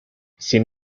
sin